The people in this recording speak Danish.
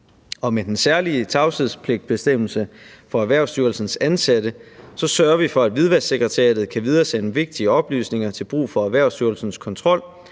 med den særlige tavshedspligtbestemmelse for Erhvervsstyrelsens ansatte sørger vi for, at Hvidvasksekretariatet kan videresende vigtige oplysninger til brug for Erhvervsstyrelsens kontrol,